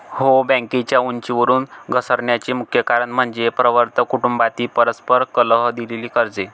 हो, बँकेच्या उंचीवरून घसरण्याचे मुख्य कारण म्हणजे प्रवर्तक कुटुंबातील परस्पर कलह, दिलेली कर्जे